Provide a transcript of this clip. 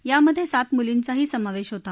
यामधे सात मुलींचाही समावेश होता